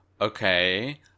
Okay